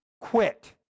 quit